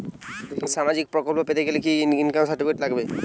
সামাজীক প্রকল্প পেতে গেলে কি ইনকাম সার্টিফিকেট লাগবে?